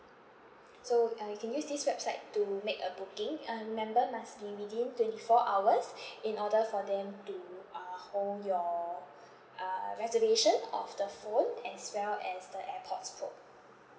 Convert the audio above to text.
so ya you can use this website to make a booking and remember must be within twenty four hours in order for them to uh hold your uh reservation of the phone as well as the AirPods pro